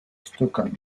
stockholm